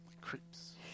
creeps